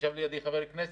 ישב לידי חבר כנסת.